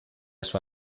sua